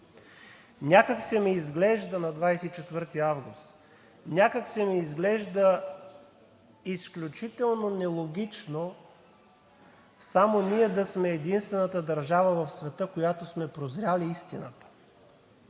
Някак си ми изглежда – на 24 август, изключително нелогично само ние да сме единствената държава в света, която сме прозрели истината,